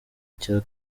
cya